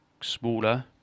smaller